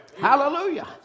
Hallelujah